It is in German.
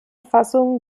fassung